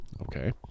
Okay